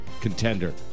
contender